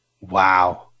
Wow